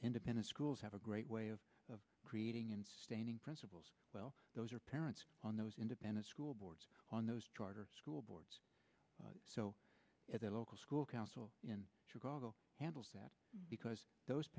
independent schools have a great way of creating and sustaining principals well those are parents on those independent school boards on those charter school boards so if their local school council in chicago handles that because those